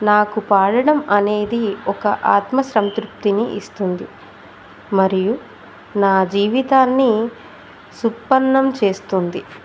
నాకు పాడడం అనేది ఒక ఆత్మసంతృప్తిని ఇస్తుంది మరియు నా జీవితాన్ని సుసంపన్నం చేస్తుంది